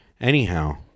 Anyhow